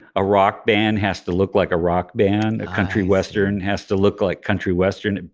a rock band has to look like a rock band, a country western has to look like country western.